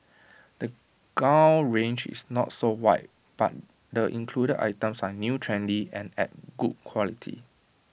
the gown range is not so wide but the included items are new trendy and at good quality